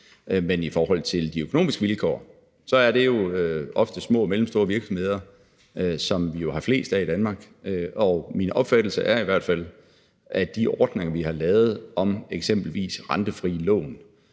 Men i forhold til de økonomiske vilkår er det jo små og mellemstore virksomheder, som vi har flest af i Danmark, og min opfattelse er i hvert fald, at de ordninger, vi har lavet, om eksempelvis rentefrie lån